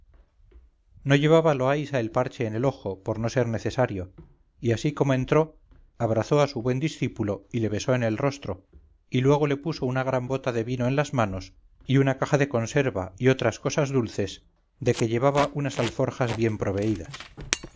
no llevaba loaysa el parche en el ojo por no ser necesario y así como entró abrazó a su buen discípulo y le besó en el rostro y luego le puso una gran bota de vino en las manos y una caja de conserva y otras cosas dulces de que llevaba unas alforjas bien proveídas